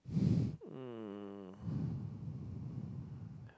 um